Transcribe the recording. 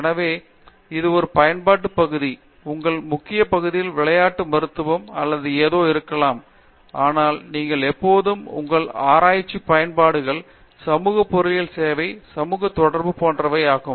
எனவே இது ஒரு பயன்பாடு பகுதி உங்கள் முக்கிய பகுதியில் விளையாட்டு மருத்துவம் அல்லது ஏதோ இருக்கலாம் ஆனால் நீங்கள் எப்போதும் உங்கள் ஆராய்ச்சி பயன்பாடுகள் சமூக பொறியியல் வேலை சமூக தொடர்பு போன்றவை ஆகும்